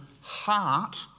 heart